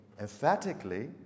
emphatically